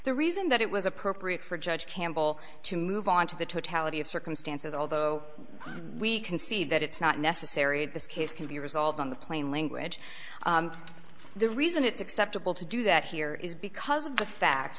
the reason that it was appropriate for judge campbell to move on to the totality of circumstances although we can see that it's not necessary this case can be resolved on the plain language the reason it's acceptable to do that here is because of the fact